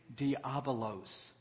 diabolos